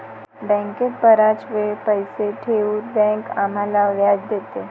बँकेत बराच वेळ पैसे ठेवून बँक आम्हाला व्याज देते